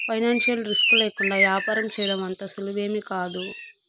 financial risk లేకుండా యాపారం సేయడం అంత సులువేమీకాదు